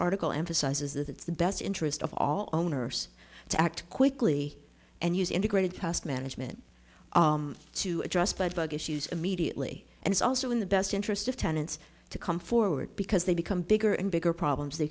article emphasizes that it's the best interest of all owners to act quickly and use integrated cost management to address but bug issues immediately and it's also in the best interest of tenants to come forward because they become bigger and bigger problems th